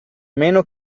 meno